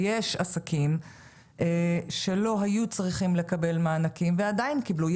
ויש עסקים שלא היו צריכים לקבל מענקים ועדיין קיבלו.